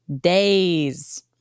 days